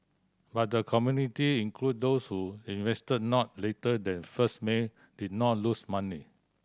but the community include those who invested not later than first May did not lose money